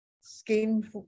Skin